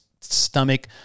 stomach